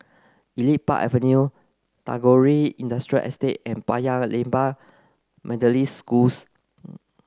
Elite Park Avenue Tagore Industrial Estate and Paya Lebar Methodist Schools